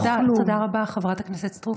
תודה רבה, חברת הכנסת סטרוק.